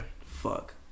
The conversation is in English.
Fuck